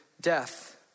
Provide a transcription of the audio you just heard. death